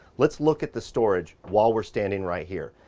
let's look at the storage while we're standing right here.